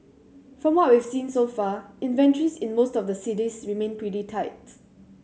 from what we've seen so far inventories in most of the cities remain pretty tight